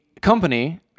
company